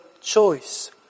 choice